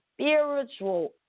spiritual